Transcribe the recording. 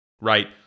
right